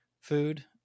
food